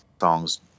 songs